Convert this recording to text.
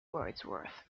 wordsworth